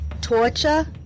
torture